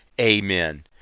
Amen